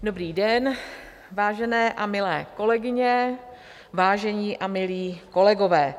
Dobrý den, vážené a milé kolegyně, vážení a milí kolegové.